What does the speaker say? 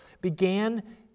began